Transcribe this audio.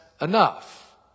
enough